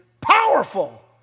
powerful